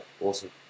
awesome